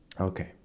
Okay